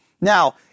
Now